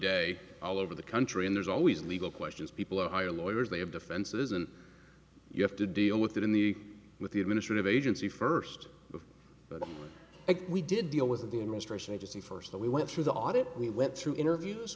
day all over the country and there's always legal questions people who hire lawyers they have defenses and you have to deal with that in the with the administrative agency first but we did deal with the administration agency first that we went through the audit we went through interviews